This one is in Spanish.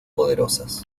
poderosas